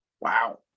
wow